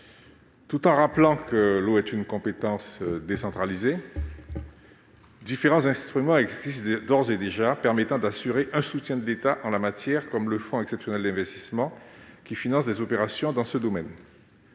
Tout en rappelant que l'eau est une compétence décentralisée, il faut néanmoins noter que différents instruments existent d'ores et déjà, permettant d'assurer un soutien de l'État en la matière, comme le fonds exceptionnel d'investissement, qui finance des opérations dans ce domaine.